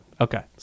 Okay